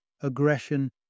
aggression